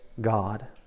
God